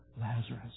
Lazarus